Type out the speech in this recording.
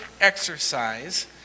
exercise